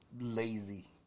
lazy